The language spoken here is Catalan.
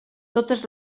totes